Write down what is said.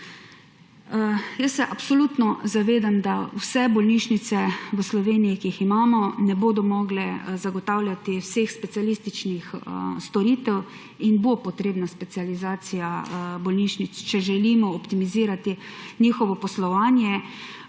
Jaz se absolutno zavedam, da vse bolnišnice v Sloveniji, ki jih imamo, ne bodo mogle zagotavljati vseh specialističnih storitev in bo potrebna specializacija bolnišnic, če želimo optimizirati njihovo poslovanje,